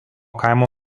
kaimo